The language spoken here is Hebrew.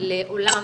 לעולם